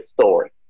story